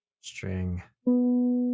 string